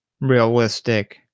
realistic